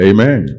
Amen